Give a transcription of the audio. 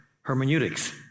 hermeneutics